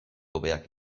hobeak